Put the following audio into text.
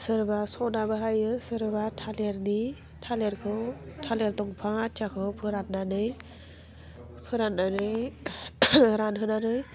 सोरबा सदा बाहाइयो सोरबा थालेरनि थालेरखौ थालेर दंफां आथियाखौ फोराननानै फोराननानै रानहोनानै